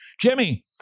jimmy